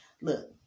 look